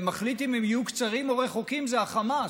ומחליטים אם יהיו קצרים או רחוקים זה החמאס.